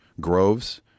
groves